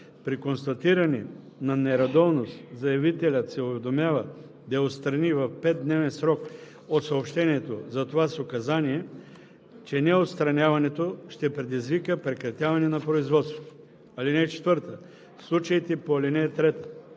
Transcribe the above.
При констатиране на нередовност заявителят се уведомява да я отстрани в 5-дневен срок от съобщението за това с указание, че неотстраняването ще предизвика прекратяване на производството. (4) В случаите по ал. 3